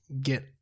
get